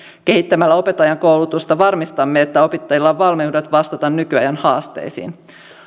kehittämällä opettajankoulutusta varmistamme että opettajilla on valmiudet vastata nykyajan haasteisiin